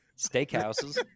steakhouses